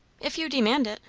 if you demand it!